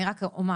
אני רק אומר,